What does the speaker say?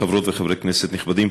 חברות וחברי כנסת נכבדים,